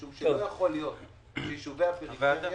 משום שלא יכול להיות שיישובי הפריפריה